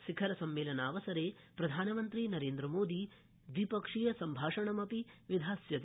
शिखरसम्मेलनावसरे प्रधानमन्त्री नरेन्द्रमोदी द्वि क्षीय सम्भाषणमप्रि विधास्यति